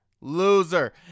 Loser